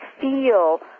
feel